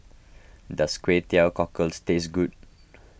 does Kway Teow Cockles taste good